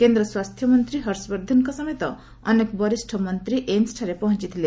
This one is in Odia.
କେନ୍ଦ୍ର ସ୍ୱାସ୍ଥ୍ୟମନ୍ତ୍ରୀ ହର୍ଷବର୍ଦ୍ଧନଙ୍କ ସମେତ ଅନେକ ବରିଷ୍ଣ ମନ୍ତ୍ରୀ ଏମ୍ମଠାରେ ପହଞ୍ଚଥିଲେ